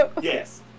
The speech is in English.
Yes